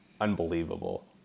unbelievable